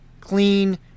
clean